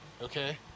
Okay